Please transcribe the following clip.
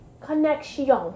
connection